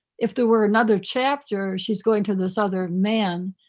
if there were another chapter, she's going to this other man.